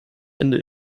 ende